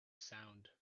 sound